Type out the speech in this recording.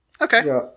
Okay